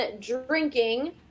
drinking